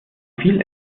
viel